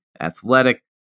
Athletic